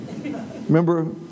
Remember